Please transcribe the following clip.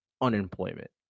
unemployment